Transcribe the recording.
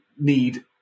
need